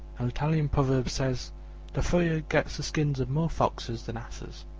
an italian proverb says the furrier gets the skins of more foxes than asses.